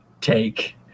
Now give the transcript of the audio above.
take